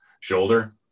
shoulder